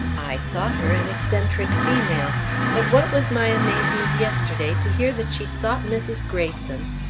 i thought her an eccentric female but what was my amazement yesterday to hear that she sought mrs. greyson,